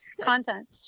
content